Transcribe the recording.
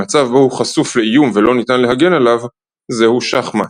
במצב בו הוא חשוף לאיום ולא ניתן להגן עליו – זהו שחמט.